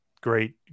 Great